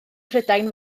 prydain